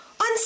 on